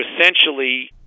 essentially